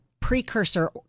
Precursor